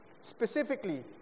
Specifically